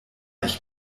ich